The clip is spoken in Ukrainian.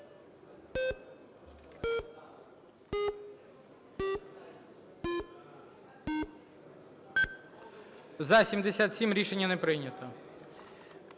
За-77 Рішення не прийнято.